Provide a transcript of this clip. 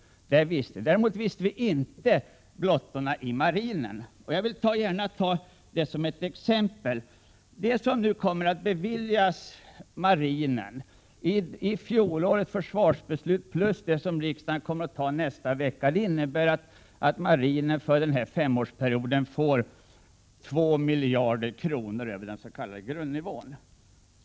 Däremot kände vi inte till blottorna i marinen. Jag vill gärna ta det som ett exempel. Det som beviljades marinen med fjolårets försvarsbeslut plus det som riksdagen kommer att besluta om i nästa vecka innebär att marinen för femårsperioden får 2 miljarder kronor över den s.k. grundnivån.